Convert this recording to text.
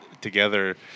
together